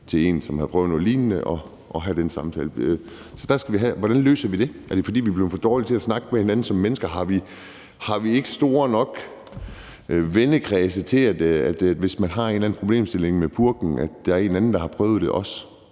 til en, som har prøvet noget lignende, og have den samtale. Hvordan løser vi det? Er det, fordi vi er blevet for dårlige til at snakke med hinanden som mennesker? Har vi ikke store nok vennekredse til, at hvis man har en eller anden problemstilling med purken, er der en anden, der også har prøvet det?